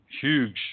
huge